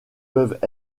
peuvent